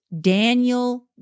Daniel